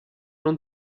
non